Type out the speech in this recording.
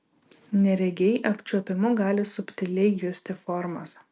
neregiai apčiuopimu gali subtiliai justi formas